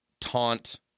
taunt